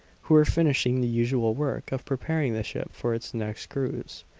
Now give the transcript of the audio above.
who were finishing the usual work of preparing the ship for its next cruise.